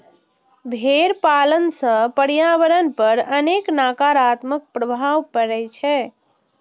भेड़ पालन सं पर्यावरण पर अनेक नकारात्मक प्रभाव पड़ै छै